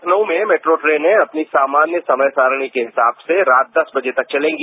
लकनऊ में मेट्रो ट्रेनें अपनी सामान्य समय सारणी के हिसाब से रात दस बर्जे तक चलेंगी